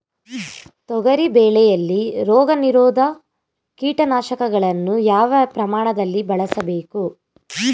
ತೊಗರಿ ಬೆಳೆಯಲ್ಲಿ ರೋಗನಿರೋಧ ಕೀಟನಾಶಕಗಳನ್ನು ಯಾವ ಪ್ರಮಾಣದಲ್ಲಿ ಬಳಸಬೇಕು?